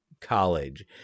college